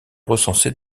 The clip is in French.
recensé